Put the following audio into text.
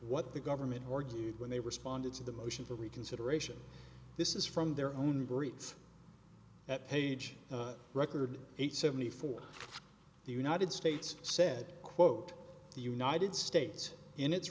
what the government or to you when they responded to the motion for reconsideration this is from their own greets at page record eight seventy four the united states said quote the united states in it